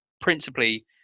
principally